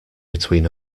between